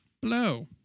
Blow